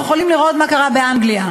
אנחנו יכולים לראות מה קרה באנגליה.